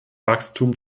wachstum